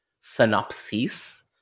synopsis